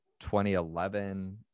2011